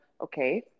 okay